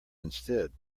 instead